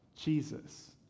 Jesus